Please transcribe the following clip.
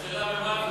השאלה במה החינוך.